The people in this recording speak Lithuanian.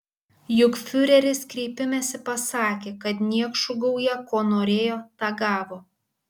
juk fiureris kreipimesi pasakė kad niekšų gauja ko norėjo tą gavo